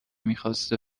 میخواسته